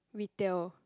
retail